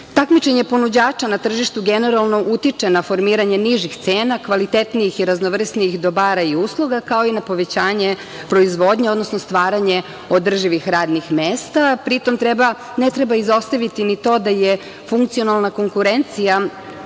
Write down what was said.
Takmičenje ponuđača na tržištu generalno utiče na formiranje nižih cena, kvalitetnijih i raznovrsnijih dobara i usluga, kao i na povećanje proizvodnje, odnosno stvaranje održivih radnih mesta. Pri tom, ne treba izostaviti ni to da je funkcionalna konkurencija